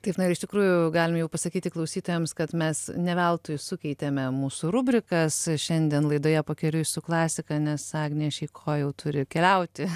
taip na ir iš tikrųjų galim jau pasakyti klausytojams kad mes ne veltui sukeitėme mūsų rubrikas šiandien laidoje pakeliui su klasika nes agnija šeiko jau turi turi keliauti